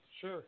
sure